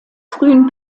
frühen